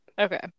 okay